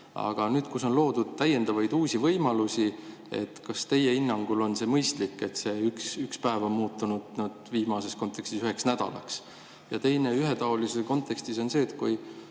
Aga nüüd, kui on loodud täiendavaid uusi võimalusi, kas teie hinnangul on see mõistlik, et see üks päev on muutunud viimases kontekstis üheks nädalaks? Ja teine [probleem] ühetaolisuse kontekstis on see, et kui